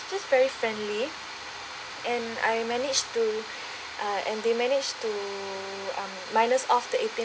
just very friendly and I managed to uh and they managed to um minus off the eighteen